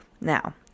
Now